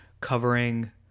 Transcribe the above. covering